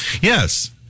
Yes